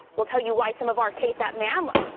we'll tell you why some of our ksat ma'am like